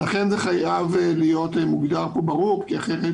לכן זה חייב להיות מוגדר פה באופן